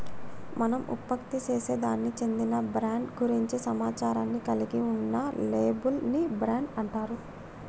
మనం ఉత్పత్తిసేసే దానికి చెందిన బ్రాండ్ గురించి సమాచారాన్ని కలిగి ఉన్న లేబుల్ ని బ్రాండ్ అంటారు